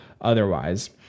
otherwise